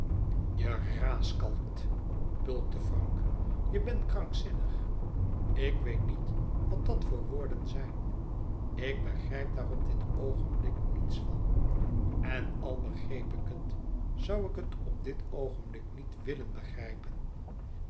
je raaskalt bulkte frank je bent krankzinnig ik weet niet wat dat voor woorden zijn ik begrijp daar op dit oogenblik niets van en al begreep ik het zoû ik het op dit oogenblik niet willen begrijpen